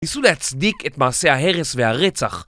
ניסו להצדיק את מסע ההרס והרצח